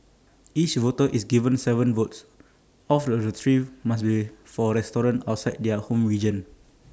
each voter is given Seven votes of the three must be for restaurants outside their home region